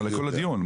לכל הדיון,